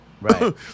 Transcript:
right